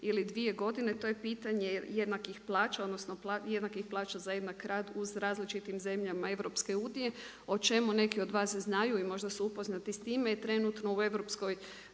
ili dvije godine, to je pitanje jednakih plaća odnosno jednakih plaća za jednak rad u različitim zemljama EU o čemu neki od vas znaju i možda su upoznati s time je trenutno u Europskoj